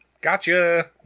gotcha